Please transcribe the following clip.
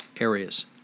areas